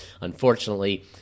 Unfortunately